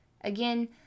Again